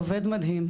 עובד מדהים.